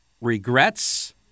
regrets